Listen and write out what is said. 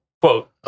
quote